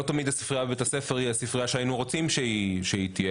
לא תמיד ספריית בית הספר היא הספרייה שהיינו רוצים שהיא תהיה.